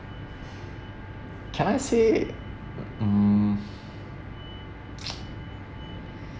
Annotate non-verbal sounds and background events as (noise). can I say mm (noise)